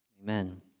Amen